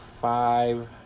five